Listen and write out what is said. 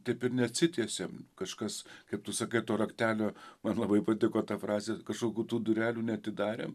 taip ir neatsitiesėm kažkas kaip tu sakai to raktelio man labai patiko ta frazė kažkokių tų durelių neatidarė